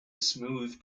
smooth